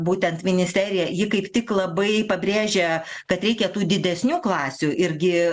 būtent ministerija ji kaip tik labai pabrėžia kad reikia tų didesnių klasių irgi